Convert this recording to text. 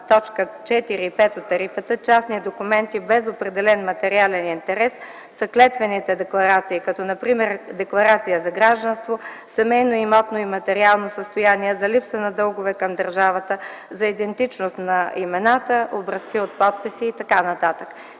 5 от тарифата частни документи без определен материален интерес са клетвените декларации, като например декларация за гражданство, семейно имотно и материално състояние, за липса на дългове към държавата, за идентичност на имената, образци от подписи...” и т.н.